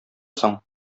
соң